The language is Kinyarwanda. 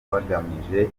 bagamije